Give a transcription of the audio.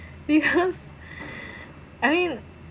because I mean